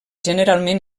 generalment